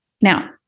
Now